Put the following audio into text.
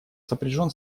сопряжен